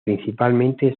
principalmente